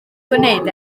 gwneud